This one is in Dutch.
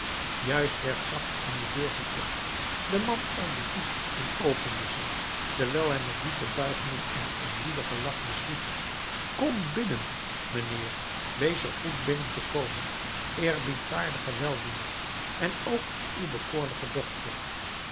juist werd zacht aan de deur geklopt de man ijlde toe en opende ze terwijl hij met diepe buigingen en eerbiedige lachjes riep kom binnen mijnheer wees zoo goed binnen te komen eerbiedwaardige weldoener en ook uw bekoorlijke dochter